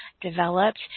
developed